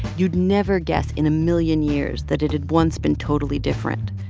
you'd never guess in a million years that it had once been totally different.